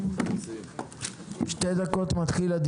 הישיבה ננעלה בשעה 12:35.